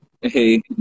Hey